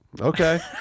okay